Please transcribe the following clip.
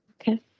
Okay